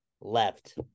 left